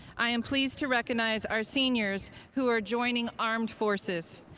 i am pleased to recognize our seniors who are joining armed forces.